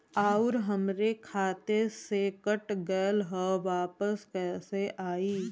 आऊर हमरे खाते से कट गैल ह वापस कैसे आई?